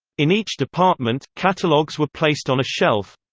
in each department, catalogues were placed on a shelf.